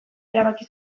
erabaki